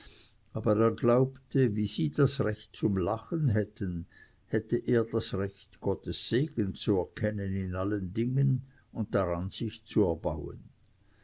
aber er glaubte wie sie das recht zum lachen hätten hätte er das recht gottes segen zu erkennen in allen dingen und daran sich zu erbauen